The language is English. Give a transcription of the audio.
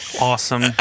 Awesome